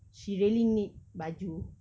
she really need baju